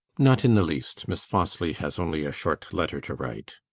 not in the least. miss fosli has only a short letter to write.